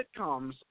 sitcoms